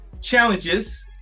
challenges